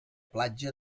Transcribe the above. platja